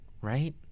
right